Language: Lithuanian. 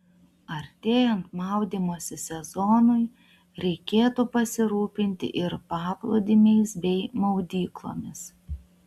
artėjant maudymosi sezonui reikėtų pasirūpinti ir paplūdimiais bei maudyklomis